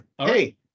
hey